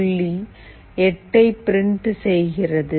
8 ஐ பிரிண்ட் செய்கிறது